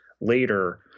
later